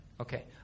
Okay